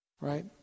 Right